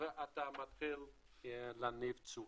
ואתה מתחיל להניב תשואה.